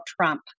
Trump